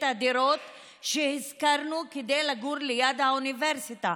הדירות ששכרנו כדי לגור ליד האוניברסיטה.